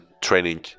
training